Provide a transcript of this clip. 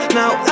now